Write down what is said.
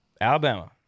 Alabama